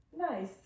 Nice